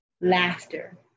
Laughter